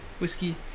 Whiskey